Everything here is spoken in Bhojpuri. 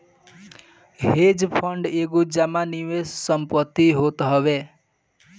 हेज फंड एगो जमा निवेश संपत्ति होत हवे